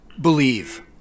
believe